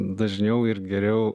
dažniau ir geriau